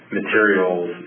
materials